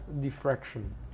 diffraction